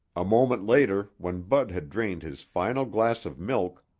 a moment later when bud had drained his final glass of milk,